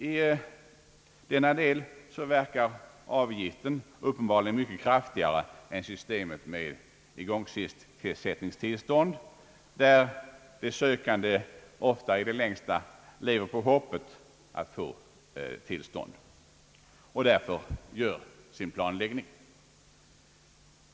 I denna del verkar avgiften uppenbarligen mycket kraftigare än systemet med igångsättningstillstånd, där de sökande ofta i det längsta lever på hoppet att få tillstånd och därför verkställer sin planläggning.